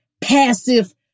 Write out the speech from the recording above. passive